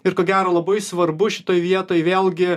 ir ko gero labai svarbu šitoj vietoj vėlgi